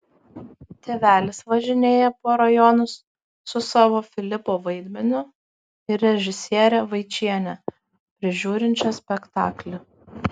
tėvelis važinėja po rajonus su savo filipo vaidmeniu ir režisiere vaičiene prižiūrinčia spektaklį